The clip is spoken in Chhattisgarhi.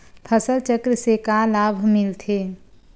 फसल चक्र से का लाभ मिलथे?